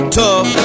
tough